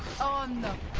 on the